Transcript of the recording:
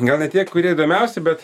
gal ne tie kurie įdomiausi bet